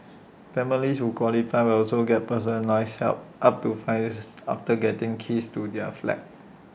families who qualify will also get personalised help up to five this is after getting keys to their flat